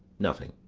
nothing.